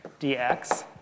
dx